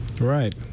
Right